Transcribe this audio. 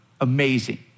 amazing